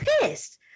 pissed